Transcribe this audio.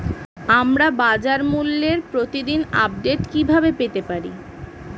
আমরা বাজারমূল্যের প্রতিদিন আপডেট কিভাবে পেতে পারি?